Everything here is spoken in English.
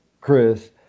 Chris